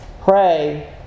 Pray